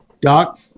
Doc